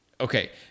Okay